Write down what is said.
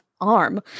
arm